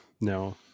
No